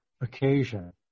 occasion